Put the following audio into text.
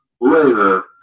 later